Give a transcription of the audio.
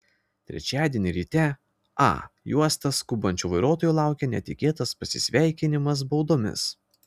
trečiadienį ryte a juosta skubančių vairuotojų laukė netikėtas pasisveikinimas baudomis